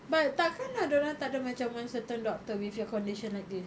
but takkan lah dia orang takde macam one certain doctor with your condition like this